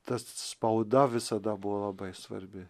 tas spauda visada buvo labai svarbi